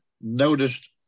noticed